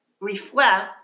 reflect